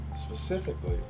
Specifically